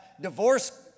divorce